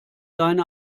deine